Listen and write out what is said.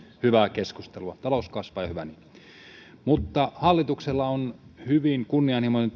hyvää keskustelua talous kasvaa ja hyvä niin hallituksella on hyvin kunnianhimoinen